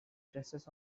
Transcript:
stresses